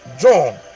John